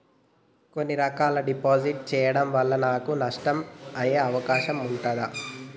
కొన్ని రకాల డిపాజిట్ చెయ్యడం వల్ల నాకు నష్టం అయ్యే అవకాశం ఉంటదా?